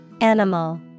Animal